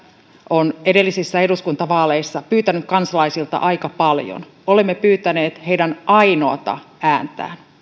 on edellisissä eduskuntavaaleissa pyytänyt kansalaisilta aika paljon olemme pyytäneet heidän ainoata ääntään